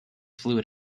fluid